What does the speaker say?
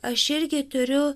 aš irgi turiu